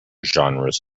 genres